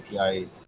API